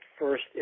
first